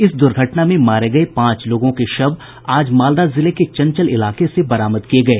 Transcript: इस दुर्घटना में मारे गए पांच लोगों के शव आज मालदा जिले के चंचल इलाके से बरामद किये गए